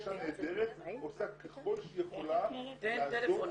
אישה נהדרת, עושה ככל שהיא יכולה --- אני מחפש.